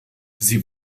sie